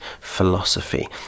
philosophy